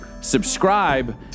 subscribe